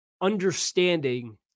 understanding